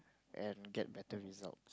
and get better results